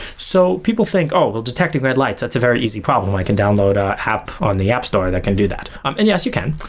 so people think, oh, we're detecting red lights. that's a very easy problem. i can download a app on the app store that can do that. um and yes, you can.